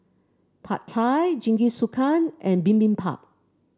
Pad Thai Jingisukan and Bibimbap